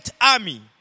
army